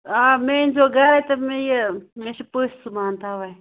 آ مےٚ أنۍزیو گَرَے تہٕ مےٚ یہِ مےٚ چھِ پٔژھۍ صُبحَن تَوَے